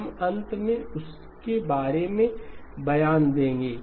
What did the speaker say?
हम अंत में उसके बारे में बयान देंगे